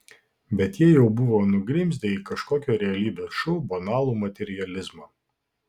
bet jie jau buvo nugrimzdę į kažkokio realybės šou banalų materializmą